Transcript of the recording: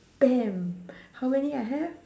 damn how many I have